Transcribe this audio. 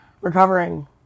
Recovering